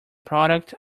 product